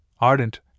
ardent